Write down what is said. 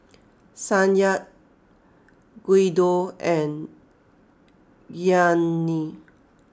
Sonya Guido and Gianni